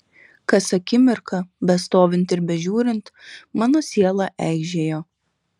kas akimirką bestovint ir bežiūrint mano siela eižėjo